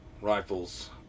rifles